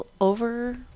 over